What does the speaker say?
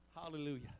Hallelujah